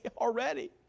already